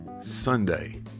Sunday